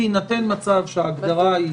בהינתן מצב שההגדרה היא